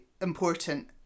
important